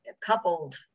coupled